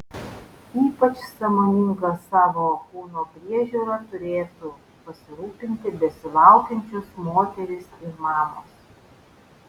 ypač sąmoninga savo kūno priežiūra turėtų pasirūpinti besilaukiančios moterys ir mamos